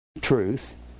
Truth